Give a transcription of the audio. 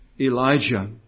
Elijah